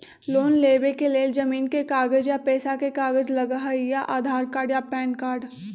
Loan लेवेके लेल जमीन के कागज या पेशा के कागज लगहई या आधार कार्ड या पेन कार्ड?